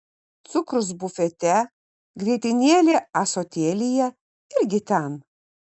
cukrus bufete grietinėlė ąsotėlyje irgi ten